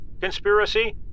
conspiracy